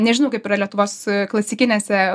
nežinau kaip yra lietuvos klasikinėse